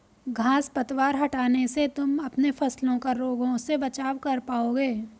घांस पतवार हटाने से तुम अपने फसलों का रोगों से बचाव कर पाओगे